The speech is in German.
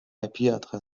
adresse